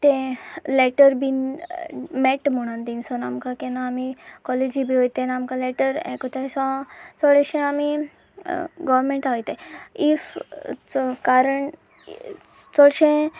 तें लॅटर बीन मेळटा म्हणून थिंगासोन आमकां केन्ना आमी कॉलेजी बी वताय न्हय आमकां लॅटर हें कोताय सो चडशें आमी गोवमेंटा वताय इफ कारण चडशें